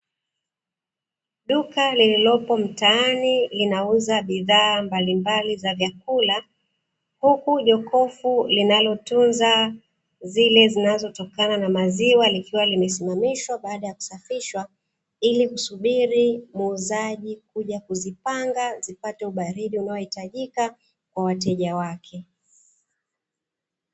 Duka lililopo mtaani linauza bidhaa mbalimbali za vyakula, huku jokofu linalotunza zile zinazotokana na maziwa likiwa limesimamishwa baada ya kusafishwa ili kusubiri muuzaji kuja kuzipanga, zipate ubaridi unaohitajika kwa wateja wake.